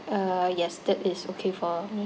uh yes that is okay for me